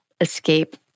escape